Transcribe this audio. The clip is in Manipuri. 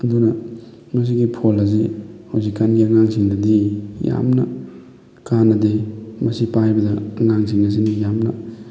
ꯑꯗꯨꯅ ꯃꯁꯤꯒꯤ ꯐꯣꯟ ꯑꯁꯤ ꯍꯧꯖꯤꯛꯀꯥꯟꯒꯤ ꯑꯉꯥꯡꯁꯤꯡꯗꯗꯤ ꯌꯥꯝꯅ ꯀꯥꯟꯅꯗꯦ ꯃꯁꯤ ꯄꯥꯏꯕꯗ ꯑꯉꯥꯡꯁꯤꯡ ꯑꯁꯤꯅ ꯌꯥꯝꯅ